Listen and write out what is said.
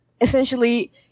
essentially